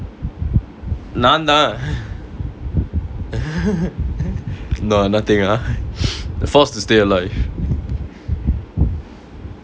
நாந்தா:naanthaa no ah nothing ah the force to stay alive